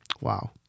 Wow